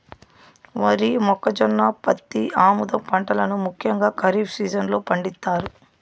వరి, మొక్కజొన్న, పత్తి, ఆముదం పంటలను ముఖ్యంగా ఖరీఫ్ సీజన్ లో పండిత్తారు